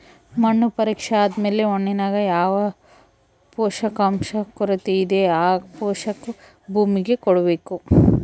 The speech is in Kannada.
ಮಣ್ಣು ಪರೀಕ್ಷೆ ಆದ್ಮೇಲೆ ಮಣ್ಣಿನಾಗ ಯಾವ ಪೋಷಕಾಂಶ ಕೊರತೆಯಿದೋ ಆ ಪೋಷಾಕು ಭೂಮಿಗೆ ಕೊಡ್ಬೇಕು